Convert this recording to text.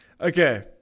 Okay